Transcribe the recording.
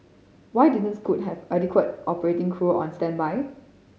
why didn't Scoot have adequate operating crew on standby